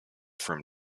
from